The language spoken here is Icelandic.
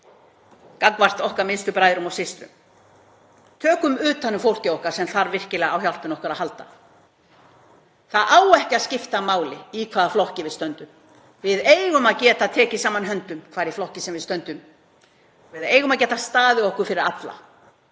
gagnvart okkar minnstu bræðrum og systrum. Tökum utan um fólkið okkar sem þarf virkilega á hjálp okkar að halda. Það á ekki að skipta máli í hvaða flokki við stöndum. Við eigum að geta tekið saman höndum, hvar í flokki sem við stöndum. Við eigum að geta staðið okkur fyrir alla